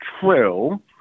true